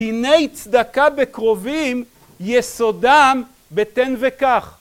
הנה צדקה בקרובים יסודם בתן וקח.